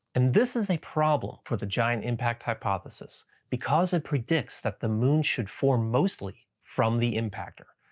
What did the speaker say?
and this is a problem for the giant impact hypothesis because it predicts that the moon should for mostly from the impactor.